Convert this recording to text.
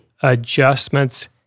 adjustments